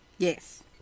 Yes